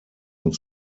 uns